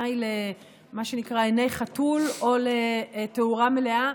היא למה שנקרא עיני חתול או לתאורה מלאה.